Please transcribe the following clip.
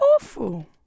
Awful